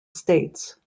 states